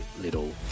little